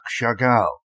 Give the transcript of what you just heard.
Chagall